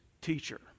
teacher